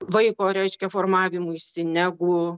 vaiko reiškia formavimuisi negu